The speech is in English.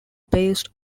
based